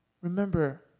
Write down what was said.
remember